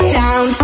down